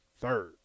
Third